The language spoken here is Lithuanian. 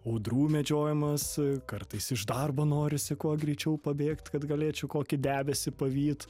audrų medžiojamas kartais iš darbo norisi kuo greičiau pabėgt kad galėčiau kokį debesį pavyt